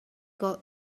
could